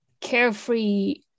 carefree